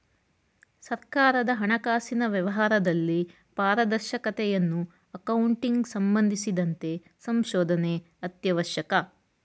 ಸರ್ಕಾರದ ಹಣಕಾಸಿನ ವ್ಯವಹಾರದಲ್ಲಿ ಪಾರದರ್ಶಕತೆಯನ್ನು ಅಕೌಂಟಿಂಗ್ ಸಂಬಂಧಿಸಿದಂತೆ ಸಂಶೋಧನೆ ಅತ್ಯವಶ್ಯಕ ಕಾರ್ಯವಾಗಿದೆ